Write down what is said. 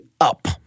Up